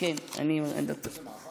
איזה מעבר.